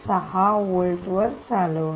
6 volt वर चालवणे